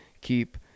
keep